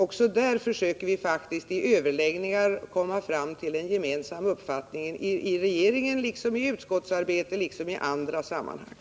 Också i det här fallet försöker vi faktiskt i överläggningar komma fram till en gemensam uppfattning i regeringen liksom i utskottsarbetet, liksom i andra sammanhang.